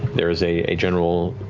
there is a general,